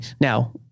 Now